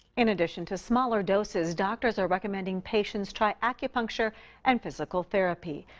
in addition to smaller doses, doctors are recommending patients try acupuncture and physical therapy.